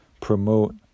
promote